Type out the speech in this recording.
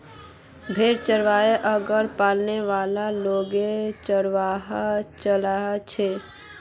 भेड़क चरव्वा आर पालने वाला लोग चरवाहा कचला छेक